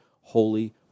holy